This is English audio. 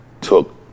took